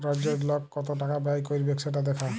রজ রজ লক কত টাকা ব্যয় ক্যইরবেক সেট দ্যাখা